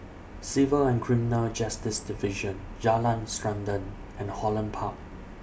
Civil and Criminal Justice Division Jalan Srantan and Holland Park